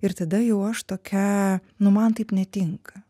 ir tada jau aš tokia nu man taip netinka